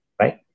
right